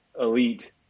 elite